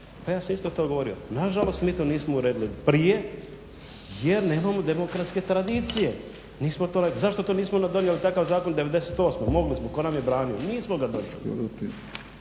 Pa ja sam isto to govorio, nažalost mi to nismo uredili prije jer nemamo demokratske tradicije, nismo to rekli, zašto to nismo, onda donijeli takav zakon 98. mogli smo, ko nam je branio, nismo ga donijeli,